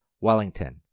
Wellington